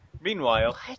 Meanwhile